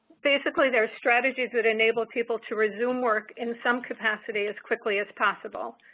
basically, they are strategies that enable people to resume work in some capacity as quickly as possible.